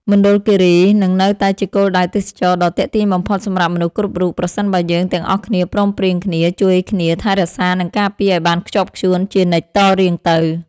មណ្ឌលគីរីនឹងនៅតែជាគោលដៅទេសចរណ៍ដ៏ទាក់ទាញបំផុតសម្រាប់មនុស្សគ្រប់រូបប្រសិនបើយើងទាំងអស់គ្នាព្រមព្រៀងគ្នាជួយគ្នាថែរក្សា និង ការពារឱ្យបានខ្ជាប់ខ្ជួនជានិច្ចតរៀងទៅ។